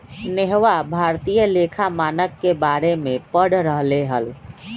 नेहवा भारतीय लेखा मानक के बारे में पढ़ रहले हल